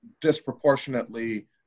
disproportionately